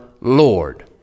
Lord